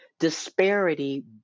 disparity